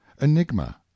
enigma